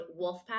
WOLFPACK